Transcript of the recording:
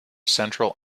central